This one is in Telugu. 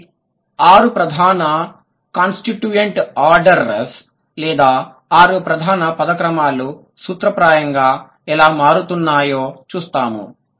ఈ ఆరు ప్రధాన కాన్స్టిట్యూయెంట్ ఆర్డర్స్ లేదా ఆరు ప్రధాన పద క్రమాలు సూత్రప్రాయంగా ఎలా మారుతున్నాయో చూస్తాము